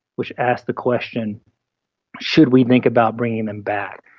which ask the question should we think about bringing them back?